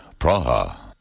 Praha